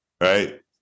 Right